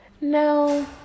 no